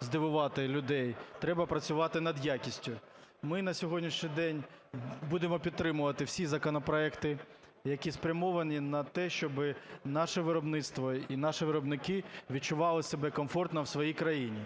здивувати людей, треба працювати над якістю. Ми на сьогоднішній день будемо підтримувати всі законопроекти, які спрямовані на те, щоби наше виробництво і наші виробники відчували себе комфортно в своїй країні.